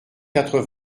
quatre